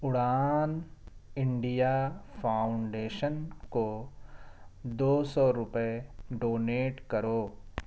اڑان India foundation کو دو سو روپئے ڈونیٹ کرو